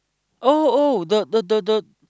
oh oh the the the the